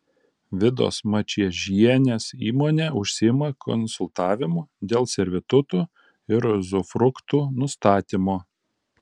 vidos mačiežienės įmonė užsiima konsultavimu dėl servitutų ir uzufruktų nustatymo